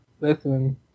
Listen